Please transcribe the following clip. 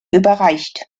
überreicht